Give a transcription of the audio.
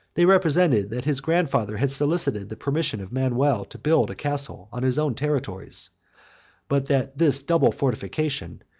they represented, that his grandfather had solicited the permission of manuel to build a castle on his own territories but that this double fortification,